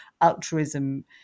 altruism